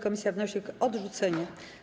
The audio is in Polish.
Komisja wnosi o ich odrzucenie.